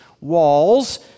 walls